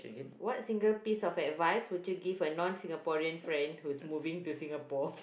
what single piece of advice would you give a non Singaporean friend who's moving to Singapore